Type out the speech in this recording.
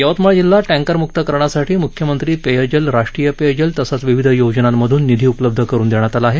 यवतमाळ जिल्हा टँकरमुक्त करण्यासाठी मुख्यमंत्री पेयजल राष्ट्रीय पेयजल तसंच विविध योजनांमधून निधी उपलब्ध करून देण्यात आला आहे